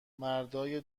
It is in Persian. مردای